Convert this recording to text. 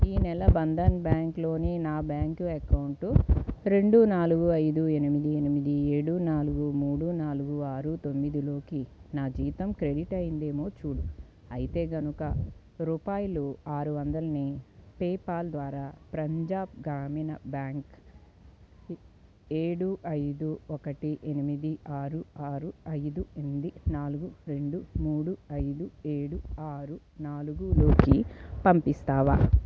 ఈ నెల బంధన్ బ్యాంక్లోని నా బ్యాంక్ అకౌంట్ రెండు నాలుగు ఐదు ఎనిమిది ఎనిమిది ఏడు నాలుగు మూడు నాలుగు ఆరు తొమ్మిదిలోకి నా జీతం క్రెడిట్ అయ్యిందేమో చూడు అయితే గనుక రూపాయలు ఆరు వందలని పేపాల్ ద్వారా ప్రంజాబ్ గ్రామీణ బ్యాంక్ ఏడు ఐదు ఒకటి ఎనిమిది ఆరు ఆరు ఐదు ఎనిమిది నాలుగు రెండు మూడు ఐదు ఏడు ఆరు నాలుగులోకి పంపిస్తావా